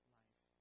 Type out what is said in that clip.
life